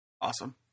Awesome